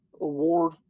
award